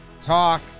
talk